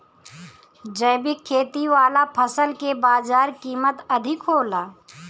जैविक खेती वाला फसल के बाजार कीमत अधिक होला